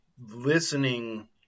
listening